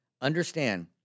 Understand